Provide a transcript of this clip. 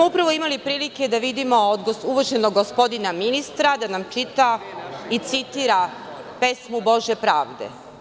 Upravo smo imali prilike da vidimo od uvaženog gospodina ministra da nam čita i citira pesmu "Bože pravde"